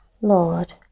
Lord